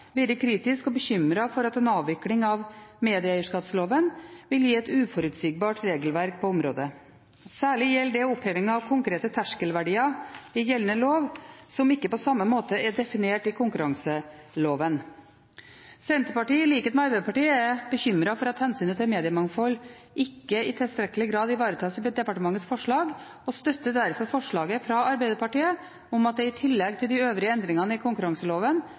Journalistlag vært kritisk og bekymret for at en avvikling av medeierskapsloven vil gi et uforutsigbart regelverk på området. Særlig gjelder det oppheving av konkrete terskelverdier i gjeldende lov, som ikke på samme måte er definert i konkurranseloven. Senterpartiet er, i likhet med Arbeiderpartiet, bekymret for at hensynet til mediemangfold ikke i tilstrekkelig grad ivaretas i departementets forslag, og støtter derfor forslaget fra Arbeiderpartiet om at det i tillegg til de øvrige endringene i